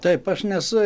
taip aš nesu